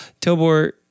Tobor